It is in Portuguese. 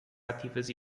ativas